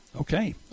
Okay